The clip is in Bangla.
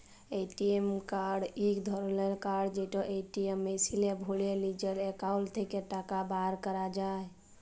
এ.টি.এম কাড় ইক ধরলের কাড় যেট এটিএম মেশিলে ভ্যরে লিজের একাউল্ট থ্যাকে টাকা বাইর ক্যরা যায়